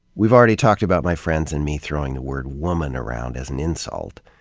we've already talked about my friends and me throwing the word woman around as an insult.